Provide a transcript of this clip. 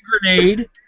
grenade